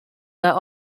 that